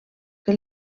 que